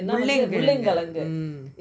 முள்ளங்கி கிழங்கு:mulangi kezhangu mm